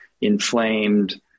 inflamed